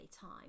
time